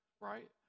right